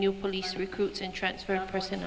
new police recruits and transfer person